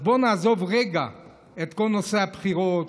אז בואו נעזוב רגע את כל נושא הבחירות,